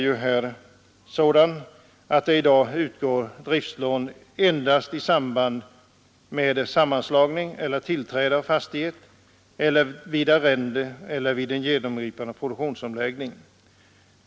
I dag utgår driftslån endast i samband med en sammanslagning av fastigheter eller tillträde av fastigheter, vid arrende eller vid en genomgripande produktionsomläggning.